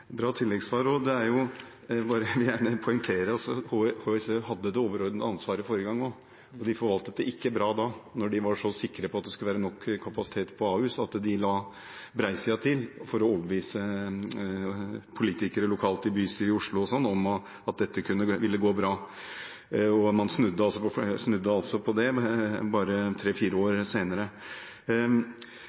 bra tilleggssvar. Jeg vil bare gjerne poengtere at Helse Sør-Øst hadde det overordnede ansvaret forrige gang også. Men de forvaltet det ikke bra da – når de var så sikre på at det skulle være nok kapasitet på Ahus, at de la bredsiden til for å overbevise politikere lokalt i bystyret i Oslo om at dette ville gå bra. Man snudde altså